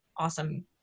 awesome